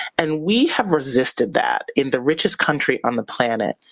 and we have resisted that in the richest country on the planet,